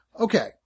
Okay